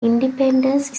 independence